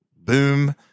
Boom